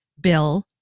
Bill